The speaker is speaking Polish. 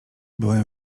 byłem